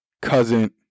cousin